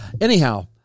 Anyhow